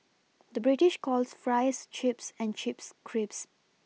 the British calls Fries Chips and Chips crips Crisps